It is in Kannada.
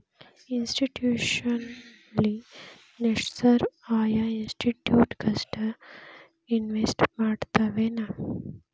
ಇನ್ಸ್ಟಿಟ್ಯೂಷ್ನಲಿನ್ವೆಸ್ಟರ್ಸ್ ಆಯಾ ಇನ್ಸ್ಟಿಟ್ಯೂಟ್ ಗಷ್ಟ ಇನ್ವೆಸ್ಟ್ ಮಾಡ್ತಾವೆನ್?